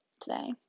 today